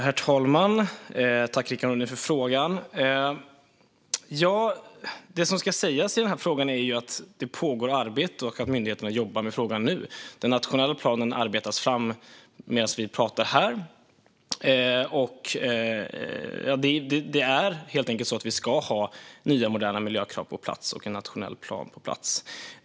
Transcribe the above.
Herr talman! Tack för frågan, Rickard Nordin! Det som ska sägas är att det pågår arbete och att myndigheterna jobbar med frågan. Den nationella planen arbetas fram medan vi talar här. Det är helt enkelt så att vi ska ha nya moderna miljökrav och en nationell plan på plats.